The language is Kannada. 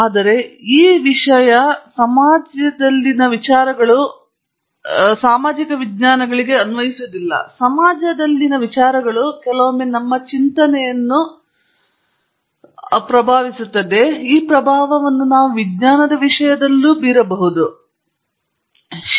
ಆದರೆ ಈ ವಿಷಯವೆಂದರೆ ಸಮಾಜದಲ್ಲಿನ ವಿಚಾರಗಳು ನಿಮ್ಮ ಚಿಂತನೆಯನ್ನು ವಿಜ್ಞಾನದ ವಿಷಯದಲ್ಲಿಯೂ ಪ್ರಭಾವಿಸುತ್ತವೆ